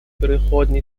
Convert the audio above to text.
переходный